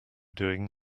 doing